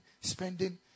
spending